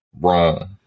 wrong